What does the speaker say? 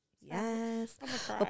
yes